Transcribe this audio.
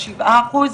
שבעה אחוזים,